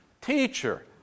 Teacher